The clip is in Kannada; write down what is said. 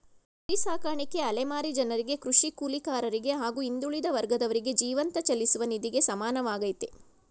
ಕುರಿ ಸಾಕಾಣಿಕೆ ಅಲೆಮಾರಿ ಜನರಿಗೆ ಕೃಷಿ ಕೂಲಿಗಾರರಿಗೆ ಹಾಗೂ ಹಿಂದುಳಿದ ವರ್ಗದವರಿಗೆ ಜೀವಂತ ಚಲಿಸುವ ನಿಧಿಗೆ ಸಮಾನವಾಗಯ್ತೆ